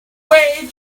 way